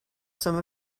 some